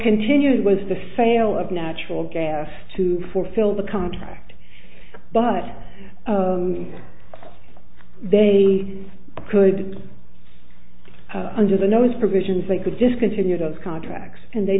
continued was the sale of natural gas to fulfill the contract but they could under the nose provisions they could just continue those contracts and they